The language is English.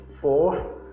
four